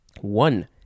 One